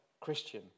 Christian